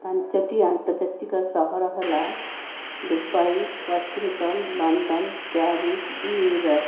ପାଞ୍ଚଟି ଆନ୍ତର୍ଜାତିକ ସହର ହେଲା Dubai Washington London Paris New York